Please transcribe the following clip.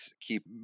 keep